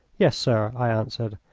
yes, sir, i answered.